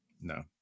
No